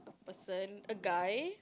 person a guy